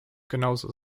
genauso